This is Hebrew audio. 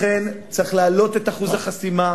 לכן צריך להעלות את אחוז החסימה,